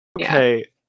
Okay